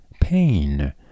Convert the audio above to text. pain